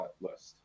list